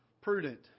Prudent